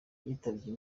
yitabye